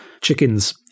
Chickens